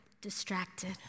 distracted